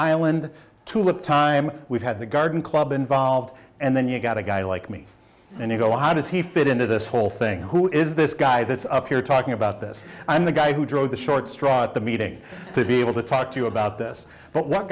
island tulip time we've had the garden club involved and then you've got a guy like me and you go how does he fit into this whole thing who is this guy that's up here talking about this i'm the guy who drove the short straw at the meeting to be able to talk to you about this but what